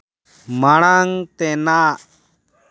ᱢᱟᱬᱟᱝ ᱛᱮᱱᱟᱜ